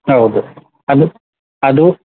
ಹೌದು ಅದು ಅದು